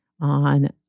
on